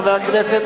חבר הכנסת,